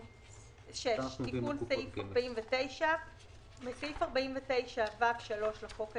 תיקון סעיף 496. בסעיף 49(ו)(3) לחוק העיקרי,